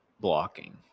blocking